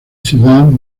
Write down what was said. ciudad